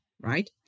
right